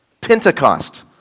Pentecost